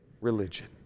religion